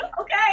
okay